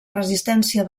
resistència